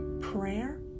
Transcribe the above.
Prayer